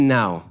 now